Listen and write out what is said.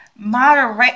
moderate